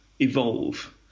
evolve